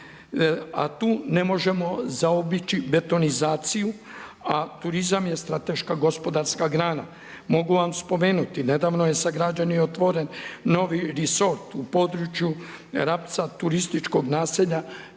a tu ne možemo zaobići betonizaciju a turizam je strateška gospodarska grana. Mogu vam spomenuti, nedavno je sagrađen i otvoren novi resort u području Rapca, turističkog naselja,